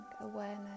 awareness